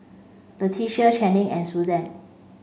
Latricia Channing and Susann